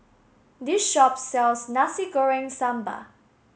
this shop sells Nasi Goreng Sambal